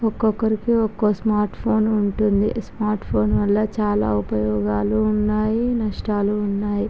ఒక్కొక్కరికి ఒక్కోక smart phone ఉంటుంది స్మార్ట్ ఫోన్ వల్ల చాలా ఉపయోగాలు ఉన్నాయి నష్టాలు ఉన్నాయి